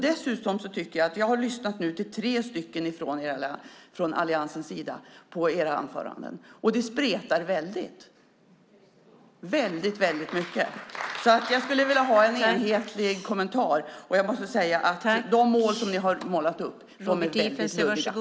Dessutom har jag nu lyssnat till tre anföranden från Alliansens sida, och det spretar väldigt mycket. Jag skulle alltså vilja ha en enhetlig kommentar, och jag måste säga att de mål ni har målat upp är väldigt luddiga.